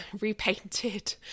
repainted